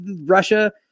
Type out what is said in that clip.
Russia